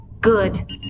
Good